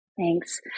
Thanks